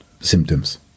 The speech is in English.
symptoms